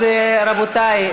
(זכות להיעדר מעבודה בעת שירות מילואים של בן-הזוג),